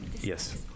yes